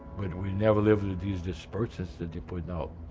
but we've never lived with these dispersants they're putting out.